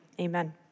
amen